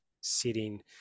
sitting